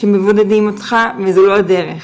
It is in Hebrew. כשמבודדים אותך זו לא הדרך.